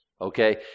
Okay